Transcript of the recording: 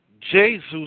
Jesus